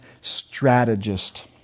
strategist